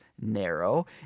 narrow